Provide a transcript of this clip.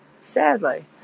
sadly